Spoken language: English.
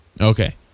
Okay